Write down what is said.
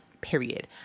period